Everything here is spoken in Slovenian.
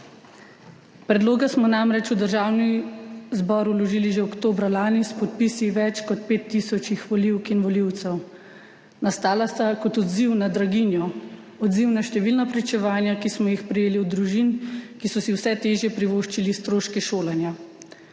Predloga smo namreč v Državni zbor vložili že oktobra lani s podpisi več kot pet tisoč volivk in volivcev. Nastala sta kot odziv na draginjo, odziv na številna pričevanja, ki smo jih prejeli od družin, ki so si vse težje privoščile stroške šolanja.